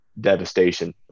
devastation